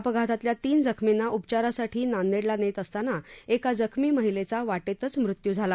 अपघातातल्या तीन जखमींना उपचारासाठी नांदेडला नेत असताना एका जखमी महिलेचा वाटेतच मृत्यू झाला